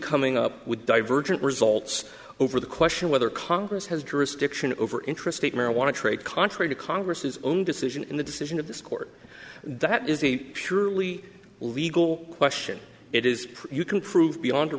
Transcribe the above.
coming up with divergent results over the question whether congress has jurisdiction over intrastate marijuana trade contrary to congress's own decision in the decision of this court that is a purely legal question it is you can prove beyond a